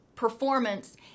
performance